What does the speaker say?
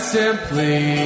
simply